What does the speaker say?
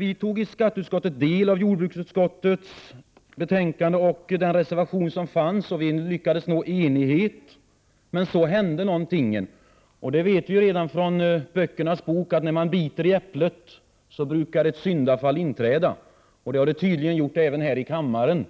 I skatteutskottet tog vi del av jordbruksutskottets betänkande och reservationen. Vi lyckades uppnå enighet, men så hände det någonting. Vi vet redan från läsning av böckernas bok att biter man i äpplet brukar ett syndafall inträffa. Det har det tydligen gjort också här i kammaren.